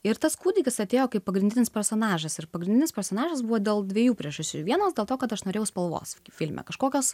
ir tas kūdikis atėjo kaip pagrindinis personažas ir pagrindinis personažas buvo dėl dviejų priežasčių vienas dėl to kad aš norėjau spalvos filme kažkokios